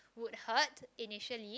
would hurt initially